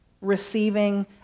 receiving